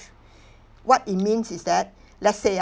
what it means is that let's say